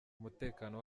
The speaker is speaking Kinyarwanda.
umutekano